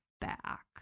back